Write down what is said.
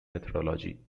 methodology